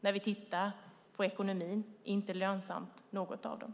när vi tittar på ekonomin är inte något av detta lönsamt.